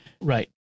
Right